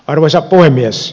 arvoisa puhemies